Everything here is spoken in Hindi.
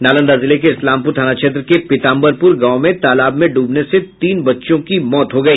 नालंदा जिले के इस्लामपुर थाना क्षेत्र के पितांबरपुर गांव में तालाब में डूबने से तीन बच्चियों की मौत हो गई